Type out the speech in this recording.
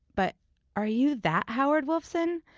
but are you that howard wolfson?